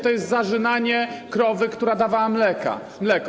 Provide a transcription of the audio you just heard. To jest zarzynanie krowy, która dawała mleko.